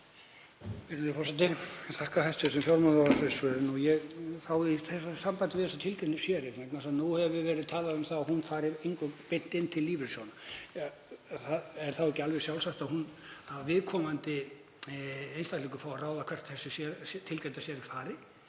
Er þá ekki alveg sjálfsagt að viðkomandi einstaklingur fái að ráða hvert þessi tilgreinda séreign fer,